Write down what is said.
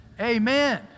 Amen